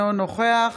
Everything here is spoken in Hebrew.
אינו נוכח